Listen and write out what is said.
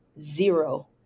zero